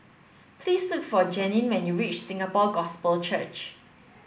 please look for Janine when you reach Singapore Gospel Church